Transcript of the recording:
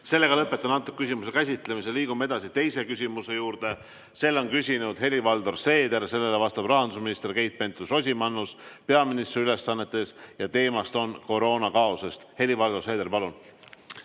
teile! Lõpetan selle küsimuse käsitlemise. Liigume edasi teise küsimuse juurde. Selle on küsinud Helir-Valdor Seeder, sellele vastab rahandusminister Keit Pentus-Rosimannus peaministri ülesannetes ja teema on koroonakaos. Helir‑Valdor Seeder, palun!